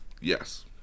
Yes